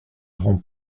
rend